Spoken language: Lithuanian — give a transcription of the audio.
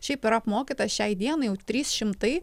šiaip yra apmokyta šiai dienai jau trys šimtai